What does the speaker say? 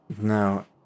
now